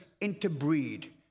interbreed